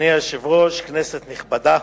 אדוני היושב-ראש, כנסת נכבדה,